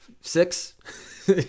six